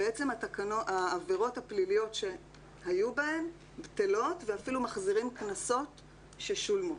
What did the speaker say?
בעצם העבירות הפליליות שהיו בהן בטלות ואפילו מחזירים קנסות ששולמו.